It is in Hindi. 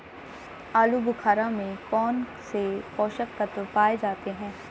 आलूबुखारा में कौन से पोषक तत्व पाए जाते हैं?